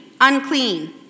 unclean